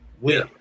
Win